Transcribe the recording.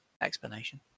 explanation